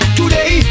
today